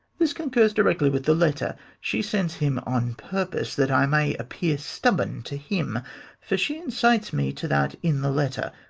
this concurs directly with the letter she sends him on purpose, that i may appear stubborn to him for she incites me to that in the letter.